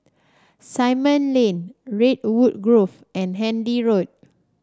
Simon Lane Redwood Grove and Handy Road